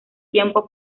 tiempo